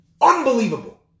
Unbelievable